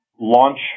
launch